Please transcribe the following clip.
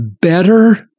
better